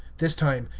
this time,